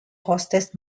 hottest